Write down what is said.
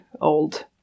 old